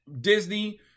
Disney